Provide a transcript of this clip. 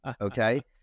okay